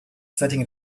setting